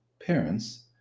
parents